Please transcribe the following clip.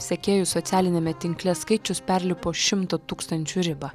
sekėjų socialiniame tinkle skaičius perlipo šimto tūkstančių ribą